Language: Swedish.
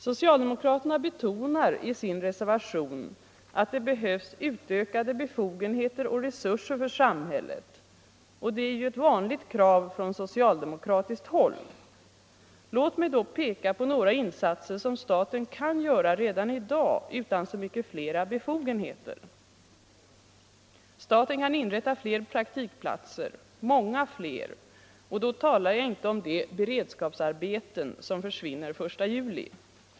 Socialdemokraterna betonar i sin reservation att det behövs utökade befogenheter och resurser för samhället, och det är ju ett vanligt krav från socialdemokratiskt håll. Låt mig då peka på några insatser som staten kan göra redan i dag utan så mycket flera befogenheter. Staten kan inrätta fler praktikplatser, många fler — och då talar jag inte om de beredskapsarbeten som försvinner den 1 juli.